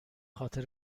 خاطر